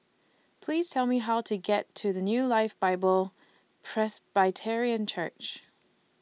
Please Tell Me How to get to The New Life Bible Presbyterian Church